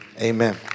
Amen